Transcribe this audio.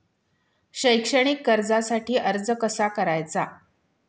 शैक्षणिक कर्जासाठी अर्ज कसा करायचा?